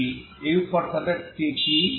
utকি